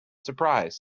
surprise